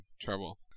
trouble